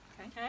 Okay